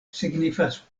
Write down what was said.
signifas